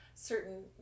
certain